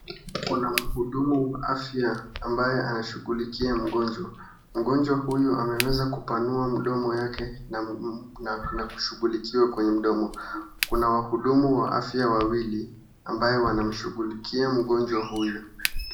Kuna mhudumu wa afya ambaye anashughulikia mgonjwa. Mgonjwa huyo ameweza kupanua mdomo yake na kushughulikiwa kwenye mdomo. Kuna wahudumu wa afya wawili ambaye wanamshughulikia mgonjwa huyu.